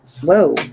whoa